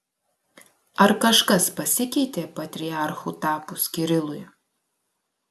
ar kažkas pasikeitė patriarchu tapus kirilui